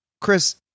Chris